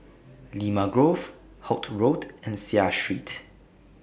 Limau Grove Holt Road and Seah Street